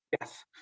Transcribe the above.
Yes